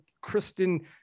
Kristen